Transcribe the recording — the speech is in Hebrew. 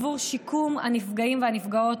בעבור שיקום הנפגעים והנפגעות,